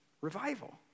revival